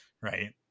right